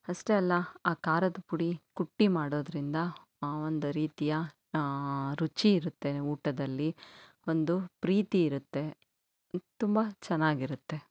ಅಷ್ಟೇ ಅಲ್ಲ ಆ ಖಾರದ ಪುಡಿ ಕುಟ್ಟಿ ಮಾಡೋದರಿಂದ ಒಂದು ರೀತಿಯ ರುಚಿ ಇರುತ್ತೆ ಊಟದಲ್ಲಿ ಒಂದು ಪ್ರೀತಿ ಇರುತ್ತೆ ತುಂಬ ಚೆನ್ನಾಗಿರುತ್ತೆ